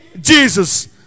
Jesus